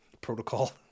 protocol